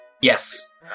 yes